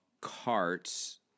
carts